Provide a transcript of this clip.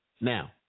now